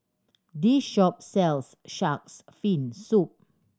this shop sells Shark's Fin Soup